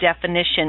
definition